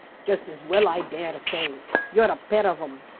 just as well, i daresay. you're a pair of em.